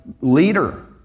leader